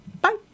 bye